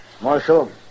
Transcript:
Marshal